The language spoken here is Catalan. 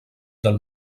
del